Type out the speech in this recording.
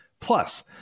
Plus